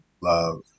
love